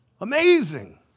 Amazing